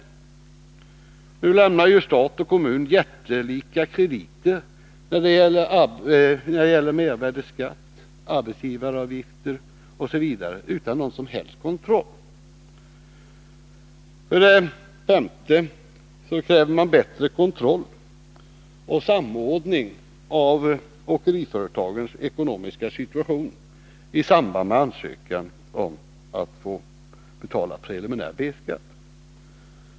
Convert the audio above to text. Stat och kommuner lämnar ju nu jättelika krediter när det gäller mervärdeskatt, arbetsgivaravgifter osv. utan någon som helst kontroll. För det femte kräver man bättre kontroll och samordning när det gäller åkeriföretagens ekonomiska situation i samband med ansökan om att få betala preliminär B-skatt.